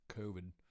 covid